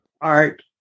Art